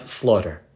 slaughter